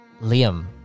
Liam